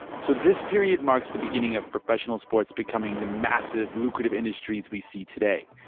so this period marks the beginning of professional sports becoming the massive, lucrative industries we see today.